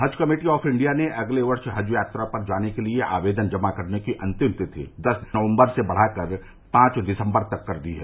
हज Committee of India ने अगले वर्ष हज यात्रा पर जाने के लिए आवेदन जमा करने की अंतिम तिथि दस नवम्बर से बढ़ाकर पांच दिसम्बर कर दी है